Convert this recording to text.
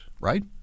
right